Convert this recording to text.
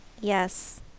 Yes